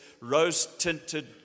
rose-tinted